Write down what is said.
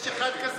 יש אחד כזה?